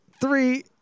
three